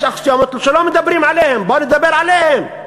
יש אקסיומות שלא מדברים עליהן, בואו נדבר עליהן.